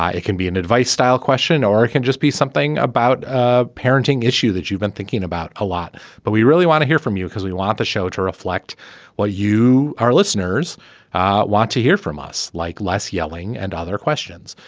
it can be an advice style question or it can just be something about ah parenting issue that you've been thinking about a lot but we really want to hear from you because we want the show to reflect what you our listeners want to hear from us like less yelling and other questions.